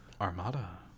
Armada